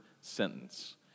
sentence